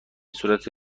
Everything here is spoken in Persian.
صورت